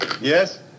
Yes